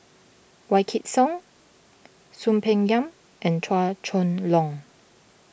Wykidd Song Soon Peng Yam and Chua Chong Long